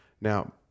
Now